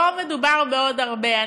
לא מדובר בעוד הרבה.